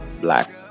black